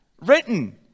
written